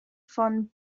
von